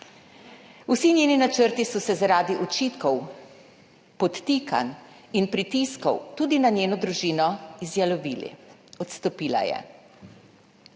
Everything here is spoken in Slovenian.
Vsi njeni načrti so se zaradi očitkov, podtikanj in pritiskov, tudi na njeno družino, izjalovili, odstopila je.